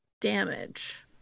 damage